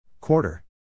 Quarter